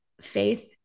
faith